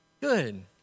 Good